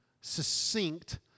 succinct